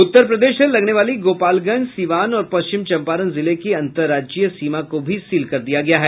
उत्तर प्रदेश से लगने वाली गोपालगंज सीवान और पश्चिम चम्पारण जिले की अंतर्राज्यीय सीमा को भी सील कर दिया गया है